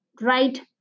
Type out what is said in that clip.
Right